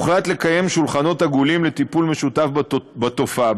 הוחלט לקיים שולחנות עגולים לטיפול משותף בתופעה.